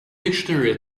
dictionary